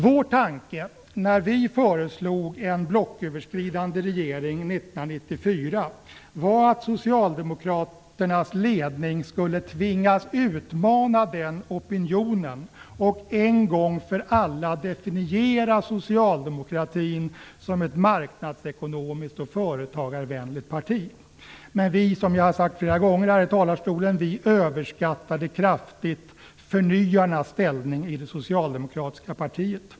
Vår tanke när vi föreslog en blocköverskridande regering 1994 var att Socialdemokraternas ledning skulle tvingas utmana den opinionen och en gång för alla definiera Socialdemokraterna som ett marknadsekonomiskt och företagarvänligt parti. Vi överskattade, som jag har sagt flera gånger här i talarstolen, kraftigt förnyarnas ställning i det socialdemokratiska partiet.